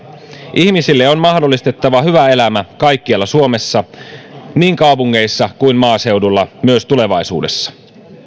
ihmisille on mahdollistettava hyvä elämä kaikkialla suomessa niin kaupungeissa kuin maaseudulla myös tulevaisuudessa